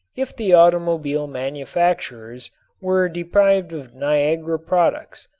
if the automobile manufacturers were deprived of niagara products,